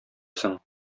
соң